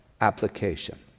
application